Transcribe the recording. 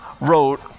wrote